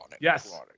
Yes